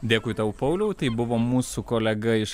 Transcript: dėkui tau pauliau tai buvo mūsų kolega iš